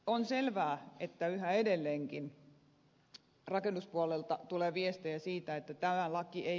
on selvää että yhä edelleenkin rakennuspuolelta tulee viestejä siitä että tämä laki ei